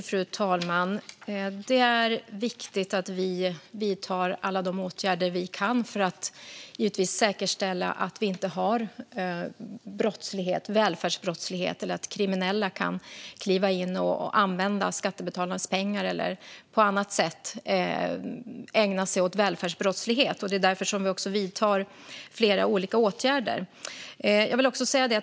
Fru talman! Det är givetvis viktigt att vi vidtar alla de åtgärder vi kan för att säkerställa att vi inte har välfärdsbrottslighet eller att kriminella kan kliva in och använda skattebetalarnas pengar eller på annat sätt ägna sig åt välfärdsbrottslighet. Det är också därför som vi vidtar flera olika åtgärder.